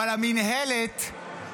אבל המינהלת,